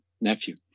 nephew